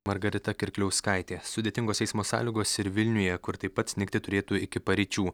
margarita kirkliauskaitė sudėtingos eismo sąlygos ir vilniuje kur taip pat snigti turėtų iki paryčių